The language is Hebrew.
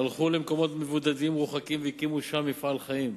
הלכו למקומות מבודדים ומרוחקים והקימו שם מפעל חיים.